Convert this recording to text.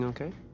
Okay